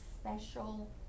special